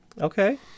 Okay